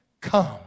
come